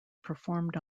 performed